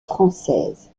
française